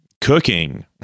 cooking